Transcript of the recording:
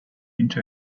into